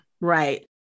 right